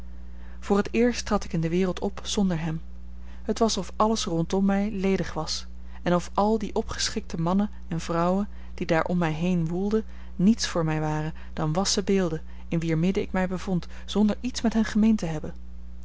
voor het eerst trad ik in de wereld op zonder hem het was of alles rondom mij ledig was en of al die opgeschikte mannen en vrouwen die daar om mij heen woelden niets voor mij waren dan wassen beelden in wier midden ik mij bevond zonder iets met hen gemeen te hebben